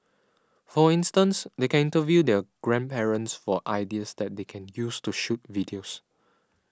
for instance they can interview their grandparents for ideas that they can use to shoot videos